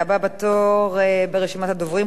והבא בתור ברשימת הדוברים,